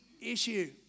Issue